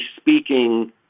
speaking